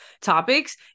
topics